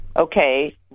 okay